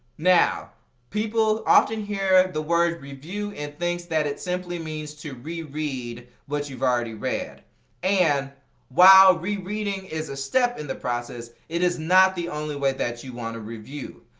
now people often hear the word review and thinks that its simply means to reread what you have already read and while rereading is a step in the process it is not the only way that you want to review.